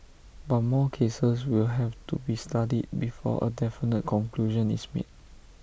but more cases will have to be studied before A definite conclusion is made